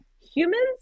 humans